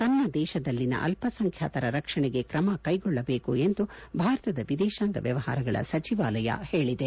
ತನ್ನ ದೇಶದಲ್ಲಿನ ಅಲ್ಪಸಂಖ್ಯಾತರ ರಕ್ಷಣೆಗೆ ್ರಮ ಕ್ಷೆಗೊಳ್ಲಬೇಕು ಎಂದು ಭಾರತದ ವಿದೇಶಾಂಗ ವ್ನವಹಾರಗಳ ಸಚಿವಾಲಯ ಹೇಳಿದೆ